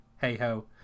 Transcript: hey-ho